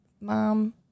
mom